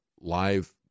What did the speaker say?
live